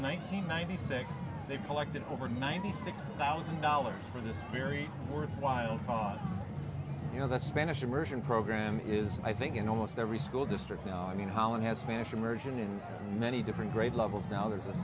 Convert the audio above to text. and ninety six they've collected over ninety six thousand dollars for this very worthwhile cause you know the spanish immersion program is i think in almost every school district i mean holland has managed immersion in many different grade levels now th